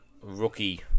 Rookie